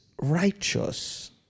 righteous